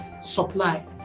supply